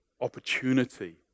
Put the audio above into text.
opportunity